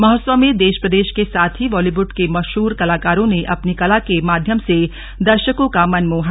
महोत्सव में देश प्रदेश के साथ ही बॉलीवुड के मशहूर कलाकारों ने अपनी कला के माध्यम से दर्शकों का मन मोहा